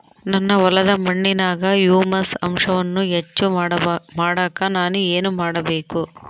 ನನ್ನ ಹೊಲದ ಮಣ್ಣಿನಾಗ ಹ್ಯೂಮಸ್ ಅಂಶವನ್ನ ಹೆಚ್ಚು ಮಾಡಾಕ ನಾನು ಏನು ಮಾಡಬೇಕು?